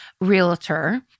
realtor